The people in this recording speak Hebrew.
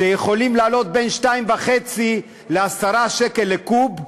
שיכולים לעלות בין 2.5 ל-10 שקל לקוב,